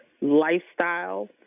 lifestyle